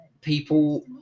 people